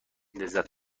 لذت